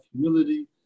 humility